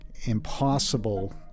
impossible